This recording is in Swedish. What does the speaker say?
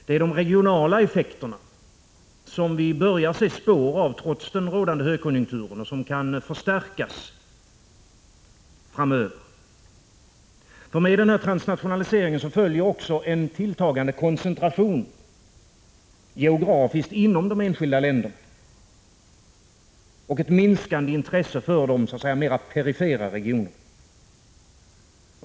Det är de regionala effekterna, som vi börjar se spår av trots den rådande högkonjunkturen och som kan förstärkas framöver. Med den här transnationaliseringen följer också en tilltagande koncentration geografiskt inom de enskilda länderna och ett minskande intresse för de så att säga mer perifera regionerna.